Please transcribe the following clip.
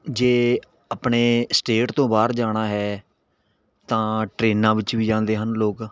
ਜੇ ਆਪਣੇ ਸਟੇਟ ਤੋਂ ਬਾਹਰ ਜਾਣਾ ਹੈ ਤਾਂ ਟ੍ਰੇਨਾਂ ਵਿੱਚ ਵੀ ਜਾਂਦੇ ਹਨ ਲੋਕ